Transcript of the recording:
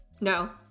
No